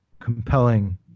compelling